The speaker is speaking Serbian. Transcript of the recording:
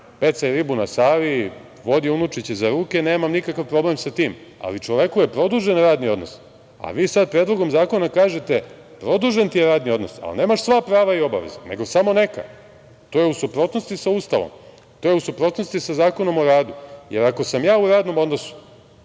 pecaj ribu na Savi, vodi unučiće za ruke, nemam nikakav problem sa tim, ali čoveku je produžen radni odnos, a vi sad Predlogom zakona kažete produžen ti je radni odnos, ali nemaš sva prava i obaveze, nego samo neka. To je u suprotnosti sa Ustavom, to je u suprotnosti sa Zakonom o radu, jer ako sam ja u radnom odnosu,